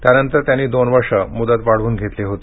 त्यानंतर त्यांनी दोन वर्ष मुदत वाढवून घेतली होती